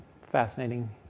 fascinating